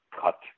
cut